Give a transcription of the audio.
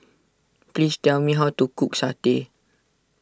please tell me how to cook Satay